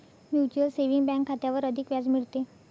mutual saving bank खात्यावर अधिक व्याज मिळते